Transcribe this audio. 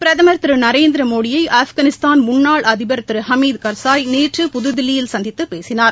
பிரதம் திருநரேந்திரமோடியைஆப்கானிஸ்தான் முன்னாள் அதிபர் திருஹமீத் கர்சாய் நேற்று புதுதில்லியில் சந்தித்துபேசினார்